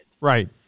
Right